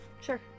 sure